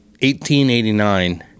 1889